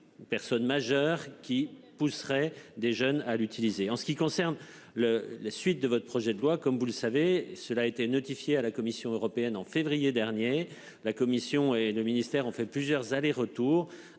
des personnes majeures qui pousserait des jeunes à l'utiliser en ce qui concerne le la suite de votre projet de loi comme vous le savez cela été notifié à la Commission européenne en février dernier, la commission et le ministère ont fait plusieurs allers-retours